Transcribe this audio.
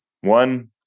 one